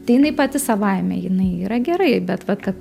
tai jinai pati savaime jinai yra gerai bet vat kad